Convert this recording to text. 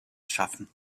schaffen